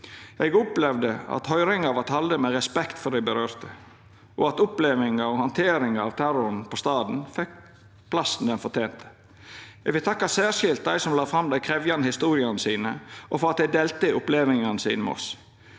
Eg opplevde at høyringa vart halden med respekt for dei det gjeld, og at opplevinga av handteringa av terroren på staden fekk plassen ho fortente. Eg vil særskilt takka dei som la fram dei krevjande historiene sine og for at dei delte opplevingane sine med oss.